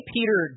Peter